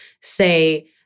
say